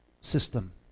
system